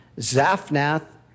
Zaphnath